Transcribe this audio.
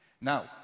Now